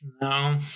No